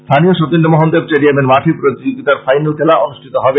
স্থানীয় সতীন্দ্র মোহন দেব স্টেডিয়ামের মাঠে প্রতিযোগীতার ফাইনাল কেলা অনুষ্টিত হবে